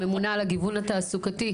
ממונה על הגיוון התעסוקתי.